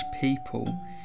people